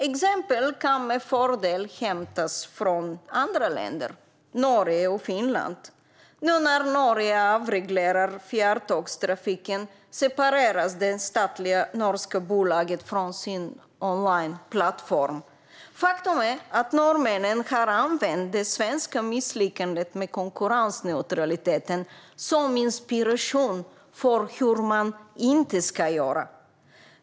Exempel kan med fördel hämtas från andra länder, som Norge och Finland. Nu när Norge avreglerar fjärrtågstrafiken separeras det statliga norska bolaget från sin onlineplattform. Faktum är att norrmännen har använt det svenska misslyckandet med konkurrensneutraliteten som inspiration för hur man inte ska göra.